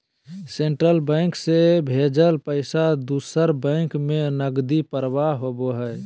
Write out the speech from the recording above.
central bank से भेजल पैसा दूसर बैंक में नकदी प्रवाह होबो हइ